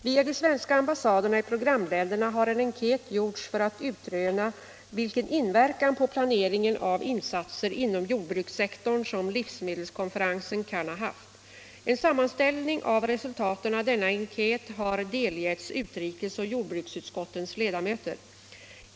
Via de svenska ambassaderna i programländerna har en enkät gjorts för att utröna vilken inverkan på planeringen av insatser inom jordbrukssektorn som livsmedelskonferensen kan ha haft. En sammanställning av resultaten av denna enkät har delgetts utrikesoch jordbruksutskottens ledamöter.